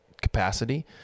capacity